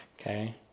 okay